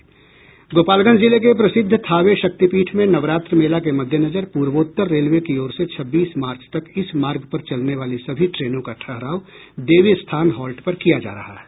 गोपालगंज जिले के प्रसिद्ध थावे शक्तिपीठ में नवरात्र मेला के मद्देनजर पूर्वोत्तर रेलवे की ओर से छब्बीस मार्च तक इस मार्ग पर चलने वाली सभी ट्रेनों का ठहराव देवी स्थान हॉल्ट पर किया जा रहा है